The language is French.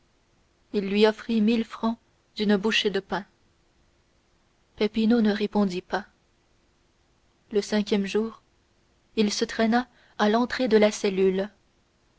il lui offrit mille francs d'une bouchée de pain peppino ne répondit pas le cinquième jour il se traîna à l'entrée de la cellule